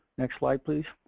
next slide please.